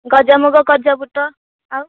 ଗଜା ମୁଗ ଗଜା ବୁଟ ଆଉ